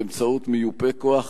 באמצעות מיופה כוח,